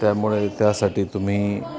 त्यामुळे त्यासाठी तुम्ही